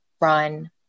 Run